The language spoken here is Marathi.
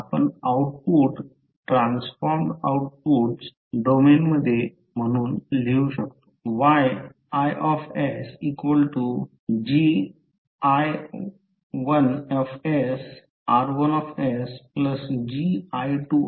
आपण output transformed output s domain मध्ये म्हणून लिहू शकतो